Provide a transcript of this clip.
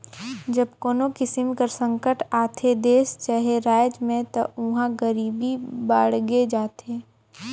जब कोनो किसिम कर संकट आथे देस चहे राएज में ता उहां गरीबी बाड़गे जाथे